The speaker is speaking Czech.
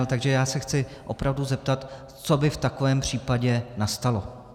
Takže já se chci opravdu zeptat, co by v takovém případě nastalo.